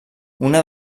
una